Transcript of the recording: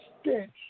stench